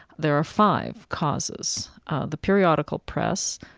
there are five causes the periodical press,